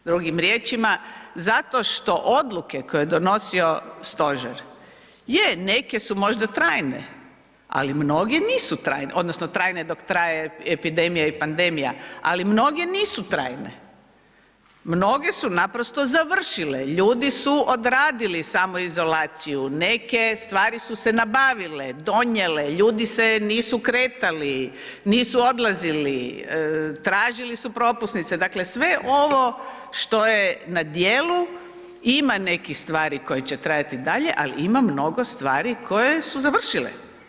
Drugim riječima, zato što odluke koje je donosio stožer, je neke su možda trajne, ali mnoge nisu trajne odnosno trajne dok traje epidemija i pandemija, ali mnoge nisu trajne, mnoge su naprosto završile, ljudi su odradili samoizolaciju, neke stvari su se nabavile, donijele, ljudi se nisu kretali, nisu odlazili, tražili su propusnice, dakle sve ovo što je na djelu ima nekih stvari koje će trajati i dalje, ali ima mnogo stvari koje su završile.